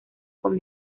con